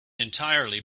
entirely